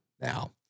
now